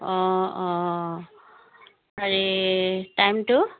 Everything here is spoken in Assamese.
অঁ অঁ হেৰি টাইমটো